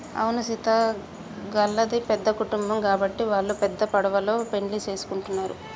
అవును సీత గళ్ళది పెద్ద కుటుంబం గాబట్టి వాల్లు పెద్ద పడవలో పెండ్లి సేసుకుంటున్నరు